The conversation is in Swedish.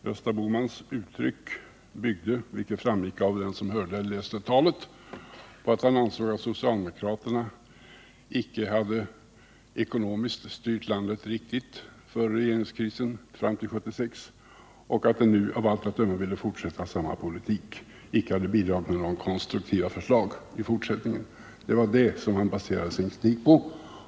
Gösta Bohmans uttalande byggde på, vilket stod klart för den som hörde eller läste talet, att han ansåg att socialdemokraterna icke hade styrt landet ekonomiskt riktigt före regeringskrisen fram till 1976, och att de nu av allt att döma vill fortsätta samma politik och icke bidra med några konstruktiva förslag för framtiden. Det var alltså detta som han baserade sin kritik på.